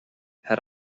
had